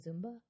Zumba